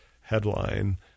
headline